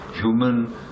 human